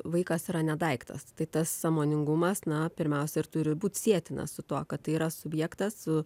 vaikas yra ne daiktas tai tas sąmoningumas na pirmiausia ir turi būti sietinas su tuo kad tai yra subjektas su